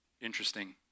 interesting